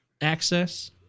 access